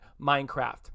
minecraft